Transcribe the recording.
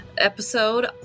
episode